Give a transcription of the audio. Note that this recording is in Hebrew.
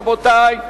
רבותי,